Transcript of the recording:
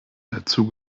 dazu